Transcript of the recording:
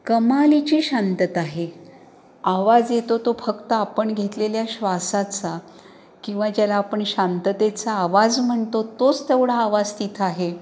कमालीची शांतता आहे आवाज येतो तो फक्त आपण घेतलेल्या श्वासाचा किंवा ज्याला आपण शांततेचा आवाज म्हणतो तोच तेवढा आवाज तिथं आहे